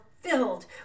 filled